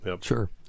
sure